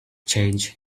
change